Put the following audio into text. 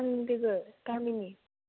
आंनि लोगो गामिनि